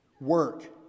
Work